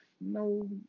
no